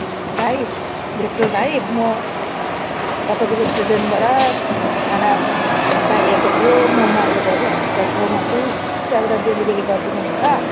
भाइ भिक्टर भाइ म तपाईँको रेस्टुरेन्टबाट खाना चाहिएको थियो म मालबजार हस्पिटल छेउमा छु त्यहाँबाट डेलिभरी गरिदिनु हुन्छ